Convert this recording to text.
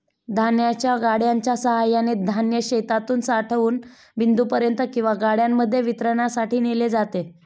धान्याच्या गाड्यांच्या सहाय्याने धान्य शेतातून साठवण बिंदूपर्यंत किंवा गाड्यांमध्ये वितरणासाठी नेले जाते